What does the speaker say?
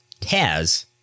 Taz